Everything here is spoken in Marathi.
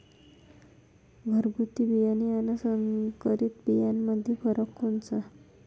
घरगुती बियाणे अन संकरीत बियाणामंदी फरक कोनचा?